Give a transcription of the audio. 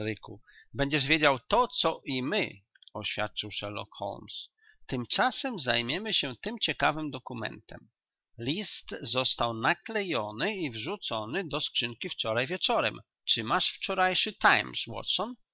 będziesz wiedział to co i my oświadczył sherlock holmes tymczasem zajmiemy się tym ciekawym dokumentem list został naklejony i wrzucony do skrzynki wczoraj wieczorem czy masz wczorajszy